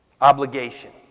obligation